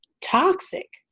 toxic